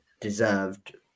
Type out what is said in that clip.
deserved